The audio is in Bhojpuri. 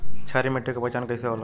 क्षारीय मिट्टी के पहचान कईसे होला?